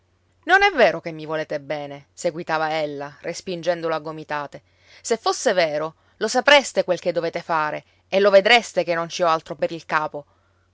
non è vero che mi volete bene seguitava ella respingendolo a gomitate se fosse vero lo sapreste quel che dovete fare e lo vedreste che non ci ho altro per il capo